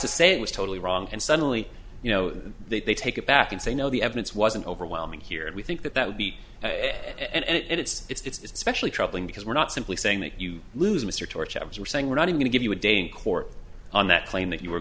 to say it was totally wrong and suddenly you know they take it back and say no the evidence wasn't overwhelming here and we think that that would be it and it's especially troubling because we're not simply saying that you lose mr torch after saying we're not going to give you a day in court on that claim that you were